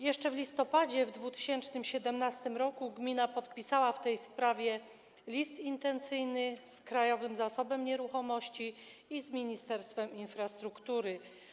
Jeszcze w listopadzie 2017 r. gmina podpisała w tej sprawie list intencyjny z Krajowym Zasobem Nieruchomości i z Ministerstwem Infrastruktury.